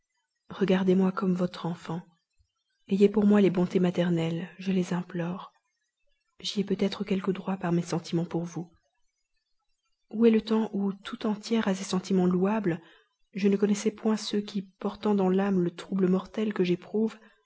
regardez-moi comme votre enfant ayez pour moi les bontés maternelles je les implore j'y ai peut-être quelques droits par mes sentiments pour vous où est le temps où tout entière à ces sentiments louables je ne connaissais point ceux qui portant dans l'âme le trouble mortel que j'éprouve